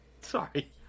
Sorry